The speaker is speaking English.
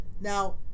Now